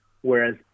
Whereas